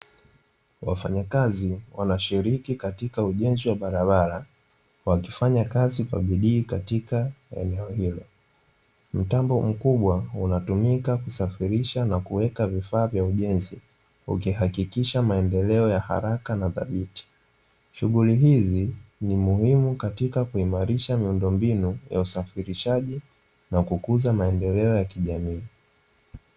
Wafanya kazi wanashiriki katika ujenzi wa barabara, wakifanya kazi kwa bidii katika eneo hilo, mtambo mkubwa unatumika kusafirisha na kuweka vifaa vya ujenzi, ukihakikisha maendeleo ya haraka na dhabiti, shughuli hiii ni muhimu katika kuimarisha miundombinu ya usafirshaji na kukuza maendeleo ya kijamii.